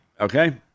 okay